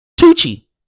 Tucci